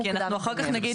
כי אנחנו אחר כך נגיד,